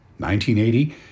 1980